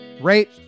Rate